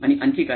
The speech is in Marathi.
आणि आणखी काय